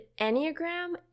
Enneagram